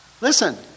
Listen